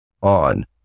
on